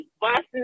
Boston